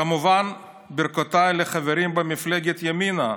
כמובן שברכותיי לחברים במפלגת ימינה,